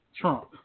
Trump